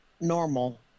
normal